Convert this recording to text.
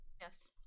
Yes